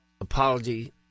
apology